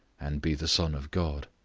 and be the son of god.